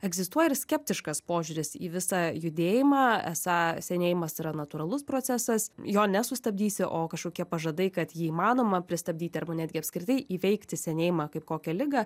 egzistuoja ir skeptiškas požiūris į visą judėjimą esą senėjimas yra natūralus procesas jo nesustabdysi o kažkokie pažadai kad jį įmanoma pristabdyti arba netgi apskritai įveikti senėjimą kaip kokią ligą